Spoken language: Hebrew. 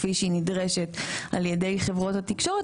כפי שהיא נדרשת על ידי חברות התקשורת,